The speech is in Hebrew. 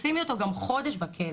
'תשימו אותו גם חודש בכלא',